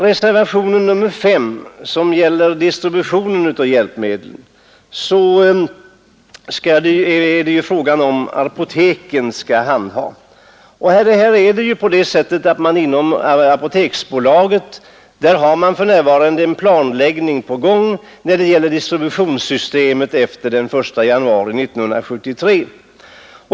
Reservationen S5 gäller distributionen av hjälpmedel som apoteken skall handha. Inom Apoteksbolaget pågår för närvarande en planläggning när det gäller distributionssystemet efter den 1 januari 1973.